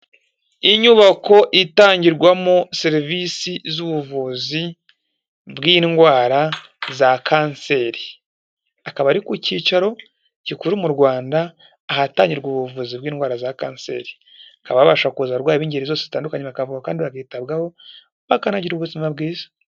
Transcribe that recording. Inyubako itangirwamo serivisi z'ubuvuzi, bw'indwara za kanseri, akaba ari ku cyicaro gikuru mu Rwanda ahatangirwa ubuvuzi bw'indwara za kanseri, hakaba habasha kuza abarwayi b'ingeri zitandukanye bakavurwa kandi bakitabwaho, bakanagira ubuzima bwiza.